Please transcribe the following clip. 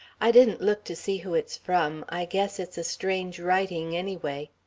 i didn't look to see who it's from. i guess it's a strange writing, anyway.